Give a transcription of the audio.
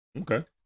Okay